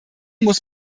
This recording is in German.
muss